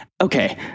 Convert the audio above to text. okay